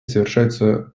совершаются